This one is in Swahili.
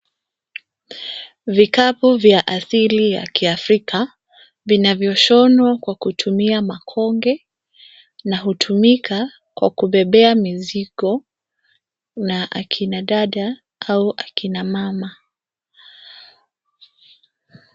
Vikapu vya asiri ya kiafrika vinavyoshonwa kwa kutumia makonge na hutumika kwa kubebea mizigo na akina dada au akina mama.